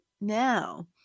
now